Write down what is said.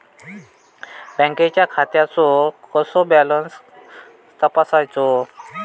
बँकेच्या खात्याचो कसो बॅलन्स तपासायचो?